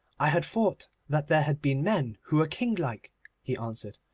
i had thought that there had been men who were kinglike he answered,